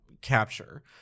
capture